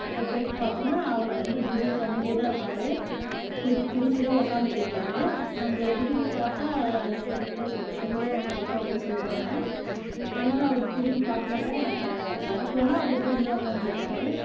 போய்ட்டு பார்த்தோன்னா அவர் வந்து பூஜையை பண்ணிட்டே தான் இருப்பார் திரும்பி தான் உக்காந்துட்டு இருப்பார் நம்மள திரும்பி பார்த்தா செல்வ செ செல்வம் கிடைக்கும் அப்படி சொல்வாங்க ஆனாலும் அவர் திரும்பிப் பார்க்க மாட்டார் நம்ம கெ வர்றதுக்குள்ளலாம் அவர் திரும்பி தான் உக்காந்துருப்பாரு